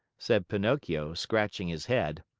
said pinocchio, scratching his head.